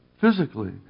physically